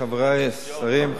חברי השרים,